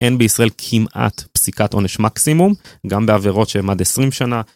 אין בישראל כמעט פסיקת עונש מקסימום, גם בעבירות שהן עד 20 שנה,